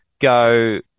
go